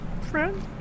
friend